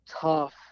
tough